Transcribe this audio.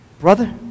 Brother